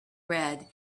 red